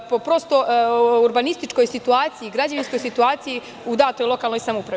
Po prosto urbanističkoj situaciji i građevinskoj situaciji u datoj lokalnoj samoupravi.